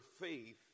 faith